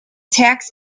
tax